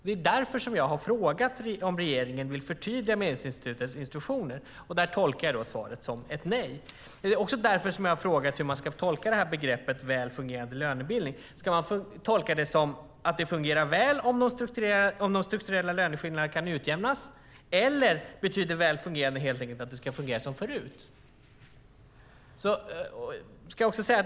Det är därför jag har frågat om regeringen vill förtydliga Medlingsinstitutets instruktioner. Där tolkar jag svaret som ett nej. Det är också därför jag har frågat hur man ska tolka begreppet "en väl fungerande lönebildning". Ska man tolka det som att det fungerar väl om de strukturella löneskillnaderna utjämnas, eller betyder "väl fungerande" helt enkelt att det ska fungera som förut?